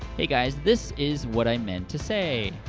hey, guys, this is what i meant to say.